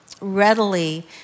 readily